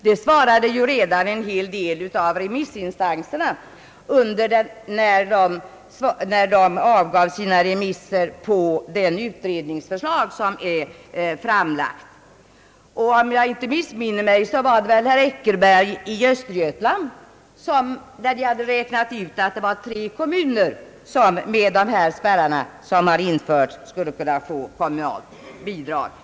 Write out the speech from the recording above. Så svarade redan en hel del av remissinstanserna, när de avgav sina synpunkter på det utredningsförslag som ligger till grund för propositionen. Om jag inte missminner mig var det landshövding Eckerberg i Östergötland som hade räknat ut att det med de spärrar som föreslagits i utredningen, bara tre kommuner i hans län skulle kunna få kommunalt bidrag.